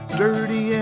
dirty